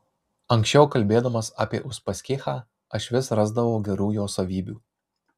anksčiau kalbėdamas apie uspaskichą aš vis rasdavau gerų jo savybių